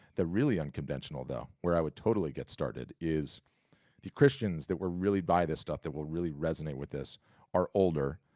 the really unconventional though where i would totally get started is the christians that would really buy this stuff, that will really resonate with this are older,